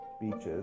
beaches